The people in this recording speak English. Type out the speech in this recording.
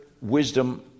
wisdom